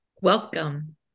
Welcome